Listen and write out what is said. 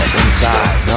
inside